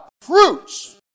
fruits